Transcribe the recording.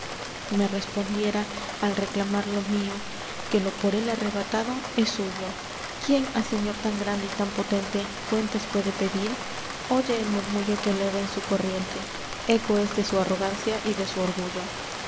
me respondiera al reclamar lo m í o que lo por él arrebatado es suyo quién á señor tan grande y tan potente cuentas puede pedir oye el m u r m u l l o que eleva en su corriente eco es de su arrogancia y de su orgullo